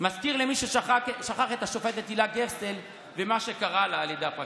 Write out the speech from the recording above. מזכיר למי ששכח את השופטת הילה גרסטל ומה שקרה לה על ידי הפרקליטות.